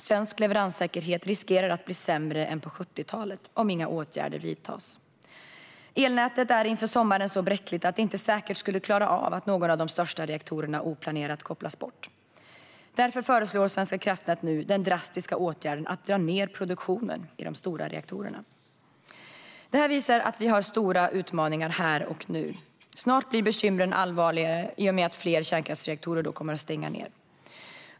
Svensk leveranssäkerhet riskerar att bli sämre än på 70-talet om inga åtgärder vidtas. Elnätet är inför sommaren så bräckligt att det inte säkert skulle klara att någon av de största reaktorerna oplanerat kopplades bort. Därför föreslår Svenska kraftnät nu den drastiska åtgärden att dra ned produktionen i de stora reaktorerna. Detta visar att vi har stora utmaningar här och nu. Snart blir bekymren allvarligare i och med att fler kärnkraftsreaktorer kommer att stänga ned.